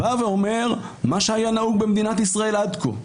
בא ואומר מה שהיה נהוג במדינת ישראל עד כה,